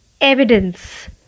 evidence